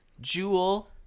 Jewel